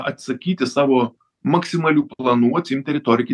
atsisakyti savo maksimalių planų atsiimt teritoriją iki